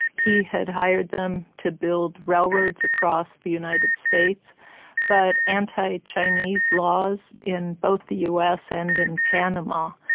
he had hired them to build railroads across the united states but anti-chinese laws in both the us and in panama,